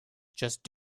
just